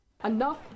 enough